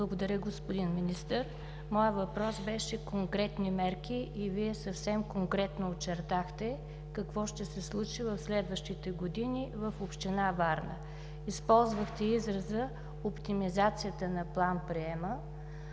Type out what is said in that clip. Благодаря, господин Министър. Моят въпрос беше „конкретни мерки” и Вие съвсем конкретно очертахте какво ще се случи в следващите години в община Варна. Използвахте израза „оптимизация на план-приема“,